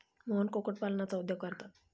मोहन कुक्कुटपालनाचा उद्योग करतात